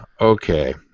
Okay